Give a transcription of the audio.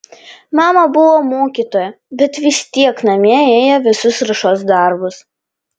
mama buvo mokytoja bet vis tiek namie ėjo visus ruošos darbus